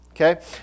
Okay